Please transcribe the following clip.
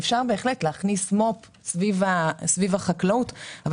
אפשר בהחלט להכניס מו"פ סביב החקלאות אבל